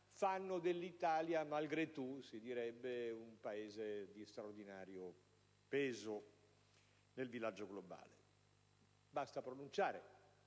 fa dell'Italia - *malgré tout*, si direbbe - un Paese di straordinario peso nel villaggio globale. Basta pronunciare